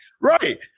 right